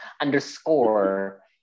underscore